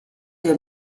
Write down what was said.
der